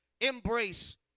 embrace